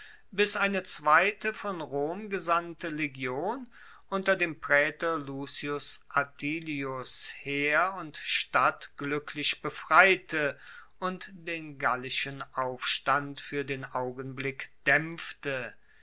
bis eine zweite von rom gesandte legion unter dem praetor lucius atilius heer und stadt gluecklich befreite und den gallischen aufstand fuer den augenblick daempfte